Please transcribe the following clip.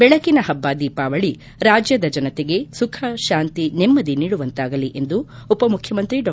ಬೆಳಕಿನ ಹಬ್ಬ ದೀಪಾವಳಿ ರಾಜ್ಯದ ಜನತೆಗೆ ಸುಖ ಶಾಂತಿ ನೆಮ್ಮದಿ ನೀಡುವಂತಾಗಲಿ ಎಂದು ಉಪಮುಖ್ಯಮಂತ್ರಿ ಡಾ